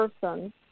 person